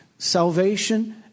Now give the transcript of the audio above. Salvation